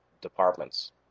departments